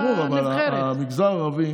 ברור, אבל המגזר הערבי